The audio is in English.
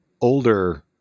older